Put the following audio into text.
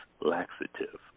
laxative